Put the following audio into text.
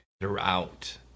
throughout